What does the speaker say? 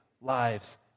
lives